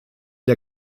der